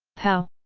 pow!